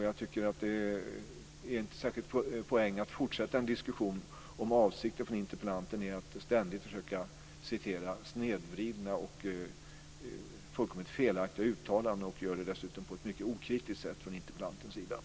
Jag tycker att det inte är någon poäng att fortsätta en diskussion om avsikten från interpellanten är att ständigt försöka citera snedvridna och fullkomligt felaktiga uttalanden, och interpellanten dessutom gör det på ett mycket okritiskt sätt.